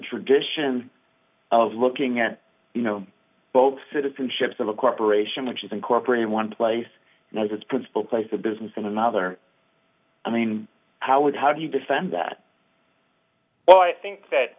tradition of looking at you know both citizenships of a corporation which is incorporated in one place and has its principal place of business in another i mean how would how do you defend that well i think that